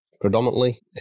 predominantly